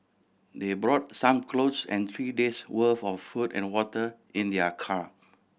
they brought some clothes and three days' worth of food and water in their car